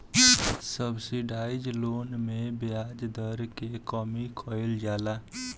subsidised loan में ब्याज दर के कमी कइल जाला